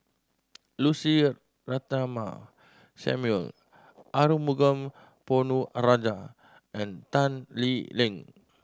Lucy Ratnammah Samuel Arumugam Ponnu Rajah and Tan Lee Leng